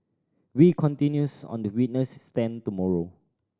wee continues on the witness stand tomorrow